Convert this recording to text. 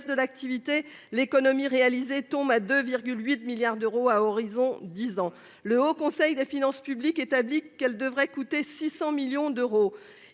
de l'activité, l'économie réalisée ton ma de 8 milliards d'euros à horizon 10 ans. Le Haut conseil des finances publiques établie qu'elle devrait coûter 600 millions d'euros.